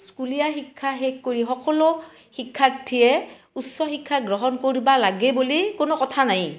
স্কুলীয়া শিক্ষা শেষ কৰি সকলো শিক্ষাৰ্থীয়ে উচ্চ শিক্ষা গ্ৰহণ কৰবা লাগে বুলি কোনো কথা নাই